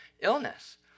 illness